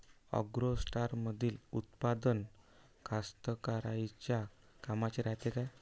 ॲग्रोस्टारमंदील उत्पादन कास्तकाराइच्या कामाचे रायते का?